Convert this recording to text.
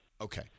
Okay